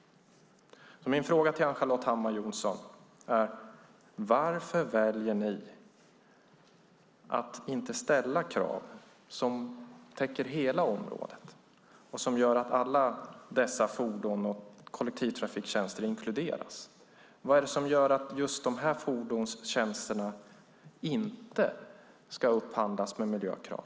Min fråga till Ann-Charlotte Hammar Johnsson är: Varför väljer ni att inte ställa krav som täcker hela området och som gör att alla dessa fordon och kollektivtrafiktjänster inkluderas? Vad är det som gör att just dessa fordonstjänster inte ska upphandlas i enlighet med miljökrav?